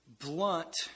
blunt